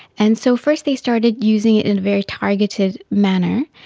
and so first they started using it in a very targeted manner,